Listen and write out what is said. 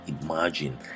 imagine